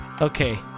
Okay